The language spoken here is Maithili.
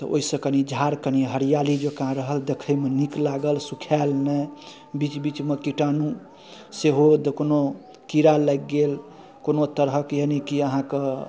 तऽ ओइसँ झाड़ कनी हरिआली जकाँ रहल तऽ देखैमे नीक लागल सुखायल नहि बीच बीचमे किटाणु सेहो कोनो कीड़ा लागि गेल कोनो तरहक यानिकि अहाँके